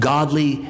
Godly